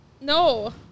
No